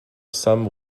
some